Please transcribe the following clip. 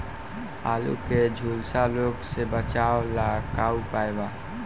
आलू के झुलसा रोग से बचाव ला का उपाय बा?